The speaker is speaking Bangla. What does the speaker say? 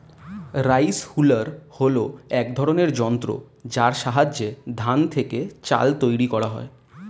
রাইস হুলার হল এক ধরনের যন্ত্র যার সাহায্যে ধান থেকে চাল তৈরি করা হয়